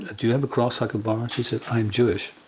do you have cross i could borrow? she said, i'm jewish.